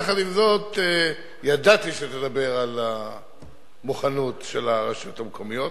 ועם זאת ידעתי שתדבר על המוכנות של הרשויות המקומיות.